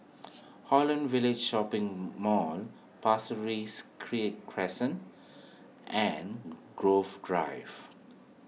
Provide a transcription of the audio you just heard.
Holland Village Shopping Mall Pasir Ris Cri and Grove Drive